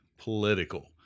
political